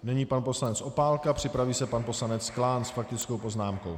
Nyní pan poslanec Opálka, připraví se pan poslanec Klán s faktickou poznámkou.